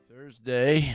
Thursday